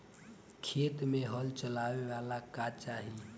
खेत मे हल चलावेला का चाही?